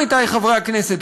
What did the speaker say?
עמיתי חברי הכנסת,